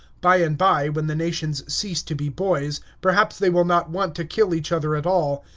by and by, when the nations cease to be boys, perhaps they will not want to kill each other at all.